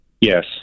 Yes